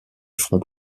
front